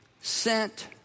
sent